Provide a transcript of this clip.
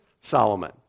Solomon